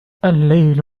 الليل